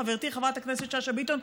חברתי חברת הכנסת שאשא ביטון,